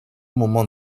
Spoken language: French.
moments